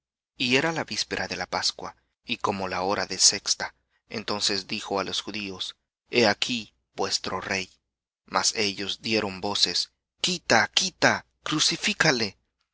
y era la víspera de la pascua y como la hora de sexta entonces dijo á los judíos he aquí vuestro rey mas ellos dieron voces quita quita crucifícale